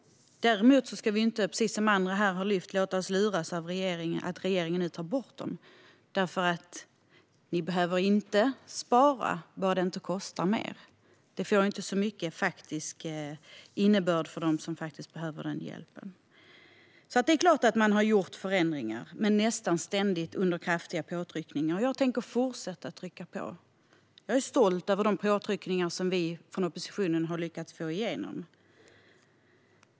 Däremot ska vi inte, precis som andra här har lyft fram, låta oss luras av regeringen att tro att regeringen nu tar bort dem. Vi behöver inte spara, bara det inte kostar mer. Det får inte så mycket faktisk innebörd för dem som behöver hjälpen. Det är klart att regeringen har gjort förändringar, men nästan ständigt under kraftiga påtryckningar. Jag tänker fortsätta att trycka på. Jag är stolt över de påtryckningar som vi från oppositionen har lyckats få igenom.